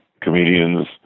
comedians